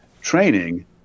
training